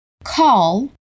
Call